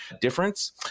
difference